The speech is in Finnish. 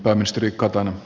arvoisa puhemies